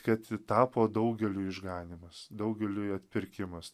kad ji tapo daugeliui išganymas daugeliui atpirkimas